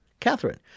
Catherine